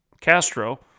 Castro